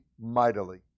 mightily